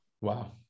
wow